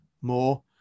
more